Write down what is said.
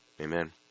Amen